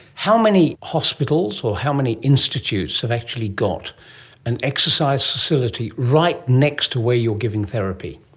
how many hospitals or how many institutes have actually got an exercise facility right next to where you are giving therapy?